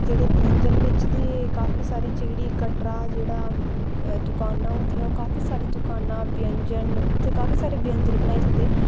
जेह्ड़े व्यंजन बिच दे काफी सारे जेह्ड़ी कटरा जेह्ड़ा दुकानां होंदियां ओह् काफी सारी दुकानां व्यंजन उत्थै काफी सारे व्यंजन बनाए जन्दे